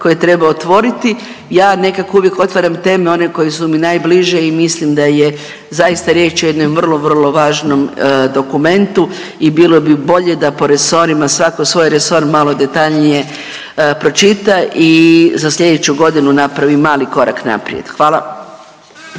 koje treba otvoriti. Ja nekako uvijek otvaram teme one koje su mi najbliže i mislim da je zaista riječ o jednom vrlo, vrlo važnom dokumentu i bilo bi bolje da po resorima svatko svoj resor malo detaljnije pročita i za sljedeću godinu napravi mali korak naprijed. Hvala.